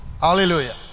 Hallelujah